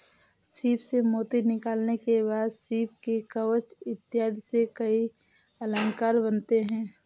सीप से मोती निकालने के बाद सीप के कवच इत्यादि से कई अलंकार बनते हैं